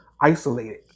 isolated